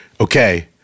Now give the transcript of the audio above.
okay